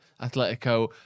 Atletico